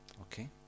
Okay